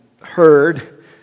heard